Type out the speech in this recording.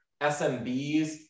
SMBs